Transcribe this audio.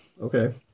okay